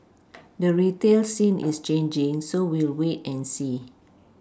the retail scene is changing so we'll wait and see